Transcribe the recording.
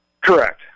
Correct